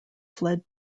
fled